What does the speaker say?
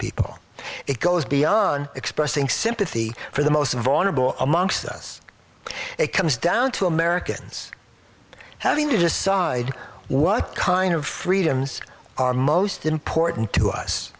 people it goes beyond expressing sympathy for the most vulnerable amongst us it comes down to americans having to decide what kind of freedoms are most important to us